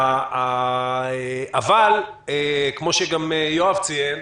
כמו שגם יואב ציין,